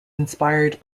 inspired